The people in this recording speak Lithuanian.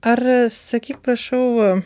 ar sakyk prašau